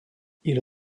ils